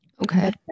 Okay